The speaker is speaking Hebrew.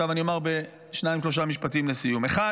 אני אומר בשניים-שלושה משפטים לסיום: דבר אחד,